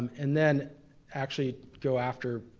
and then actually go after